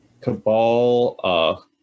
Cabal